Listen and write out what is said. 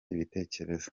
ibitekerezo